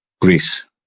Greece